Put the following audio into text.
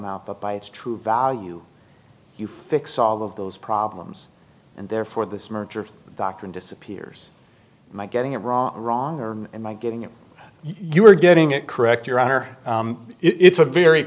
s but by its true value you fix all of those problems and therefore this merger doctrine disappears my getting it wrong wrong in my getting it you are getting it correct your honor it's a very